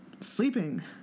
Sleeping